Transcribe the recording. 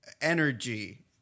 energy